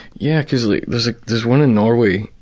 yeh, cause like there's ah there's one in norway,